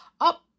up